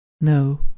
no